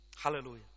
Hallelujah